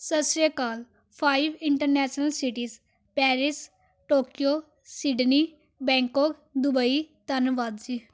ਸਤਿ ਸ਼੍ਰੀ ਅਕਾਲ five international cities Paris Tokyo Sydney Bangkok Dubai ਧੰਨਵਾਦ ਜੀ